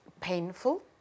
painful